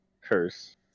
curse